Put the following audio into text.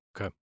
Okay